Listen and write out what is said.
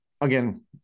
again